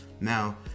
Now